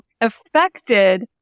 affected